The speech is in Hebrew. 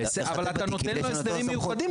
אבל אתה נותן לו הסדרים מיוחדים,